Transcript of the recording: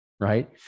right